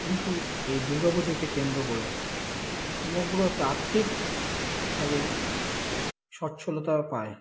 কিন্তু এই দুর্গা পুজোকে কেন্দ্র করে সমগ্রটা আর্থিকভাবে সচ্ছলতা পায়